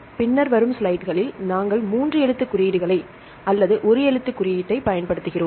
பின்னர் வரும் ஸ்லைடுகளில் நாங்கள் 3 எழுத்து குறியீடுகளை அல்லது ஒரு எழுத்து குறியீட்டைப் பயன்படுத்துகிறோம்